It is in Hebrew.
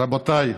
רבותיי,